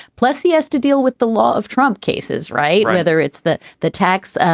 plessy has to deal with the law of trump cases. right. whether it's that the tax,